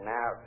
Now